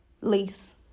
lease